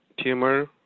tumor